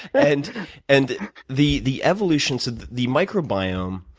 and and the the evolution to the microbiome,